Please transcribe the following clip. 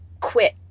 quit